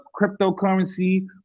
cryptocurrency